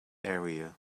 area